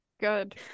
Good